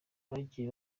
bagiye